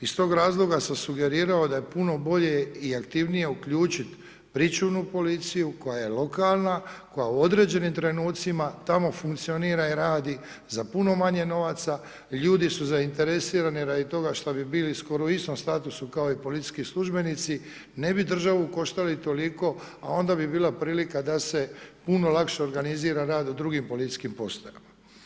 Iz razloga sam sugerirao da je puno bolje i aktivnije uključiti pričuvnu policiju koja je lokalna, koja u određenim trenucima tamo funkcionira i radi za puno manje novaca, ljudi su zainteresirani radi toga šta bi bili skoro u istom statusu kao i policijski službenici, ne bi državu koštali toliko a onda bi bila prilika da se puno lakše organizira rad u drugim policijskim postajama.